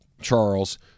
Charles